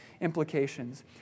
implications